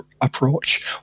approach